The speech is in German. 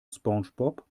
spongebob